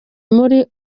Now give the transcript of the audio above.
muri